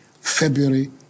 February